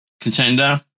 contender